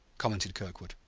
commented kirkwood.